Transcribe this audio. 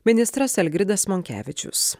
ministras algirdas monkevičius